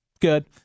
good